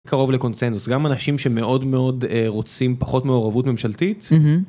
קרוב לקונצנזוס גם אנשים שמאוד מאוד רוצים פחות מעורבות ממשלתית.